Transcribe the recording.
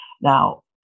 Now